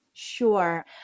Sure